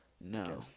No